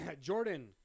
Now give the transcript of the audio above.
Jordan